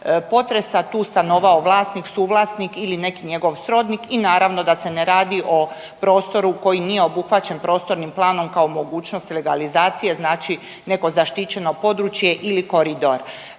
potresa tu stanovao vlasnik, suvlasnik ili neki njegov srodnik i naravno da se ne radi o prostoru koji nije obuhvaćen prostornim planom kao mogućnost legalizacije znači nego zaštićeno područje ili koridor.